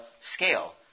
scale